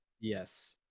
Yes